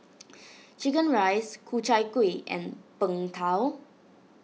Chicken Rice Ku Chai Kuih and Png Tao